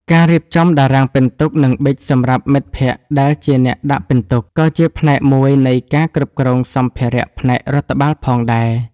ការរៀបចំតារាងពិន្ទុ និងប៊ិចសម្រាប់មិត្តភក្តិដែលជាអ្នកដាក់ពិន្ទុ ក៏ជាផ្នែកមួយនៃការគ្រប់គ្រងសម្ភារៈផ្នែករដ្ឋបាលផងដែរ។